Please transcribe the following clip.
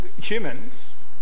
Humans